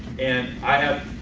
and i have